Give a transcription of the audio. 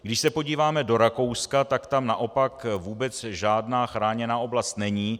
Když se podíváme do Rakouska, tak tam naopak vůbec žádná chráněná oblast není.